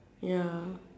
ya